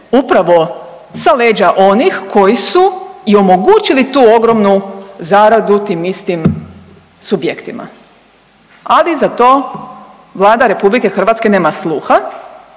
upravo sa leđa onih koji su i omogućili tu ogromnu zaradu tim istim subjektima, ali za to Vlada RH nema sluha